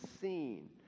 seen